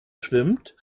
schwimmt